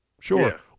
Sure